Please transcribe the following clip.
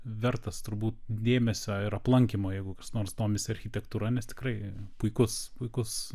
vertas turbūt dėmesio ir aplankymo jeigu kas nors domisi architektūra nes tikrai puikus puikus